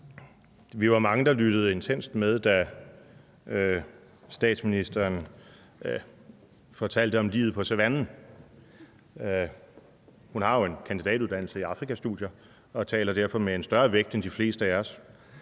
vi var mange, der lyttede intenst med, da statsministeren fortalte om livet på savannen. Hun har jo en kandidatuddannelse i Afrikastudier og taler derfor med en større vægt end de fleste af os.